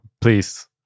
please